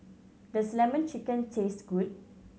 does Lemon Chicken taste good